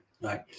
right